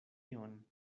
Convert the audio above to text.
ion